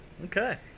okay